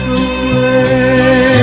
away